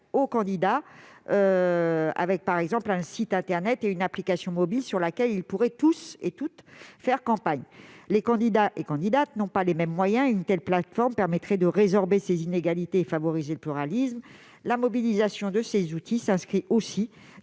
aux candidats, avec par exemple un site internet et une application mobile pour y faire campagne. Parce que les candidats n'ont pas les mêmes moyens, une telle plateforme permettrait de résorber ces inégalités et de favoriser le pluralisme. La mobilisation de ces outils s'inscrit aussi